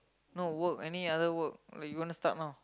no work any other work like you wanna start now